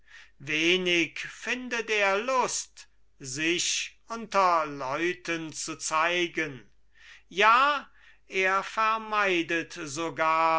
wenig findet er lust sich unter leuten zu zeigen ja er vermeidet sogar